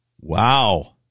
Wow